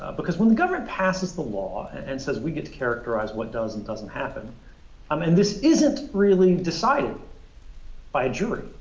because when the government passes the law and says we get to characterize what does and doesn't happen um and this isn't really decided by a jury,